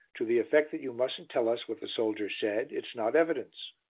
to the effect that you mustn't tell us what the soldier said it's not evidence.